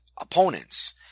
opponents